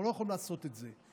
אנחנו לא יכולים לעשות את זה.